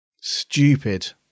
stupid